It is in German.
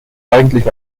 eigentlich